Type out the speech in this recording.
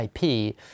IP